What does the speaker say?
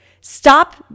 stop